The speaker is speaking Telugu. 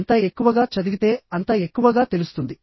ఎంత ఎక్కువగా చదివితే అంత ఎక్కువగా తెలుస్తుంది